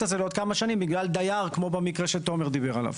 זה לעוד כמה שנים בגלל דייר כמו במקרה שתומר דיבר עליו.